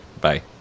bye